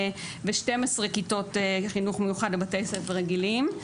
ו-12 כיתות חינוך מיוחד לבתי ספר רגילים.